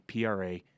PRA